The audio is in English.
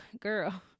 girl